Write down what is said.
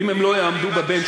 אם הם לא יעמדו ב-benchmark.